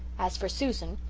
as for susan,